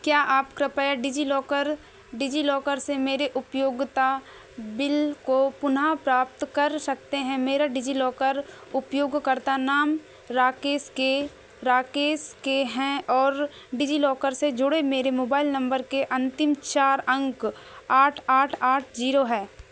क्या आप कृपया डिजिलॉकर डिजिलॉकर से मेरे उपयोगिता बिल को पुनः प्राप्त कर सकते हैं मेरा डिजिलॉकर उपयोगकर्ता नाम राकेश के राकेश के हैं और डिजिलॉकर से जुड़े मेरे मोबाइल नम्बर के अंतिम चार अंक आठ आठ आठ जीरो है